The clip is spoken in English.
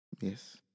Yes